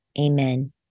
Amen